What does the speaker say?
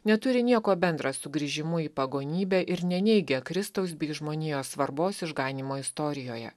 neturi nieko bendra su grįžimu į pagonybę ir neneigia kristaus bei žmonijos svarbos išganymo istorijoje